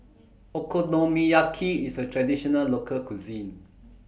Okonomiyaki IS A Traditional Local Cuisine